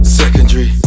secondary